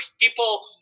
people